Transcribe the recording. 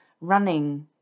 running